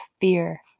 fear